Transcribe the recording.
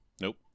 Nope